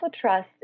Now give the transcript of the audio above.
trust